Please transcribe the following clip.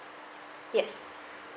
yes